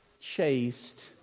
chased